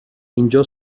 اینجا